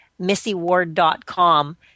missyward.com